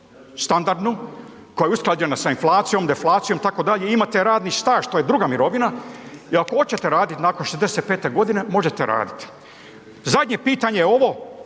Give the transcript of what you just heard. standardnu koja je usklađena sa inflacijom, deflacijom itd., i imate radni staž, to je druga mirovina. I ako oćete radit nakon 65.g. možete radit. Zadnje pitanje je ovo.